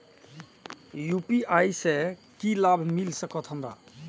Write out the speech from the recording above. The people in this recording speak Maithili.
यू.पी.आई से की लाभ मिल सकत हमरा?